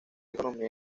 economía